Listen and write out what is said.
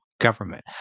government